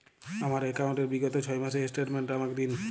আমার অ্যাকাউন্ট র বিগত ছয় মাসের স্টেটমেন্ট টা আমাকে দিন?